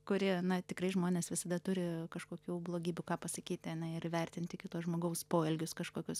kuri na tikrai žmonės visada turi kažkokių blogybių ką pasakyti ane ir įvertinti kito žmogaus poelgius kažkokius